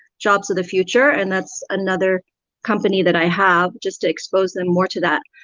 jobs of the future and that's another company that i have just to expose them more to that.